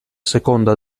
seconda